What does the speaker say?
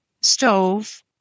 stove